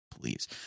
Please